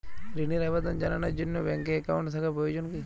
ঋণের আবেদন জানানোর জন্য ব্যাঙ্কে অ্যাকাউন্ট থাকা প্রয়োজন কী?